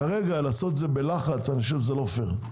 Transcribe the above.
כרגע לעשות את זה בלחץ אני חושב שזה לא פייר.